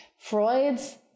Freud's